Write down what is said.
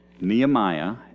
Nehemiah